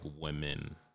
women